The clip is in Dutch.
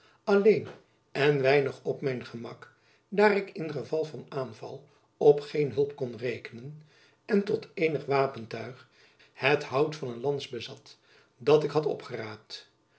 alleen en weinig op mijn gemak daar ik in geval van aanval op geen hulp kon rekenen en tot eenig wapentuig het hout van een lans bezat dat ik had opgeraapt